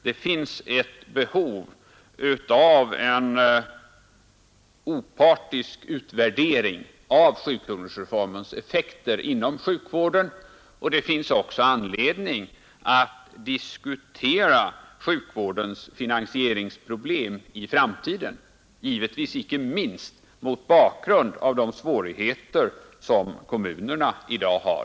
Det finns ett behov av en opartisk utvärdering av sjukronorsreformens effekter inom sjukvården, och det finns anledning att diskutera sjukvärdens finansieringsproblem i framtiden, givetvis icke minst mot bakgrunden av de svårigheter som kommunerna i dag har.